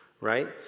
right